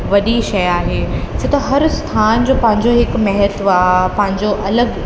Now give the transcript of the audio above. वॾी शइ आहे छो त हर स्थान जो पंहिंजो हिकु महत्व आहे पंहिंजो अलॻि